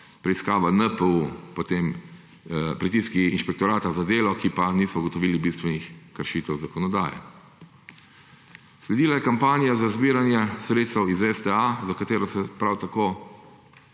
preiskava NPU, potem pritiski inšpektorata za delo, ki pa niso ugotovili bistvenih kršitev zakonodaje. Sledila je kampanje za zbiranje sredstev iz STA za katero se prav tako